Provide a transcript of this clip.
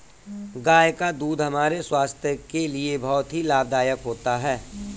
गाय का दूध हमारे स्वास्थ्य के लिए बहुत ही लाभदायक होता है